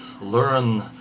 learn